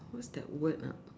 what's that word ah